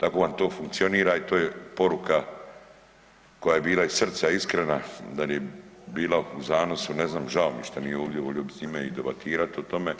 Tako vam to funkcionira i to je poruka koja je bila iz srca iskrena, da li je bilo u zanosu ne znam žao mi je što nije ovdje volio bih s njime i debatirat o tome,